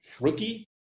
rookie